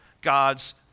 God's